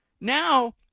Now